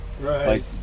Right